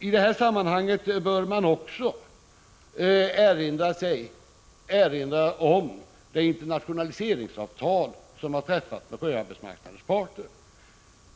I detta sammanhang bör man också erinra om det internationaliseringsavtal som har träffats mellan sjöarbetsmarknadens parter.